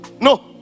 no